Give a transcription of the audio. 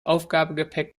aufgabegepäck